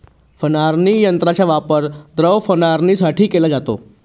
फवारणी यंत्राचा वापर द्रव फवारणीसाठी केला जातो